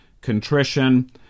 contrition